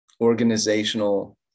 organizational